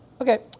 Okay